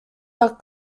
are